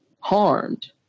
harmed